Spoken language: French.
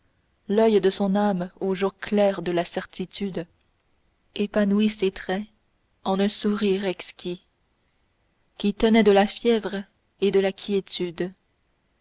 l'oeil de son âme au jour clair de la certitude épanouit ses traits en un sourire exquis qui tenait de la fièvre et de la quiétude